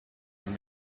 had